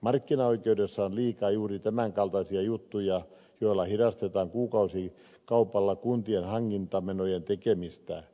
markkinaoikeudessa on liikaa juuri tämän kaltaisia juttuja joilla hidastetaan kuukausikaupalla kuntien hankintamenojen tekemistä